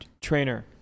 trainer